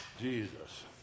Jesus